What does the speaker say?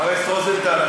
חבר הכנסת רוזנטל.